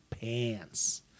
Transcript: pants